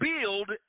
build